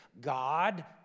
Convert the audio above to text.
God